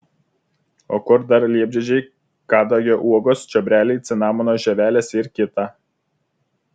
o kur dar liepžiedžiai kadagio uogos čiobreliai cinamono žievelės ir kita